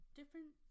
different